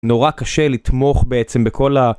נורא קשה לתמוך בעצם בכל ה...